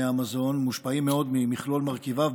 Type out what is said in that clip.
המזון מושפעים מאוד ממכלול מרכיביו,